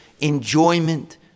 enjoyment